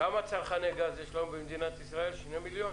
כמה צרכני גז יש לנו במדינת ישראל שני מיליון?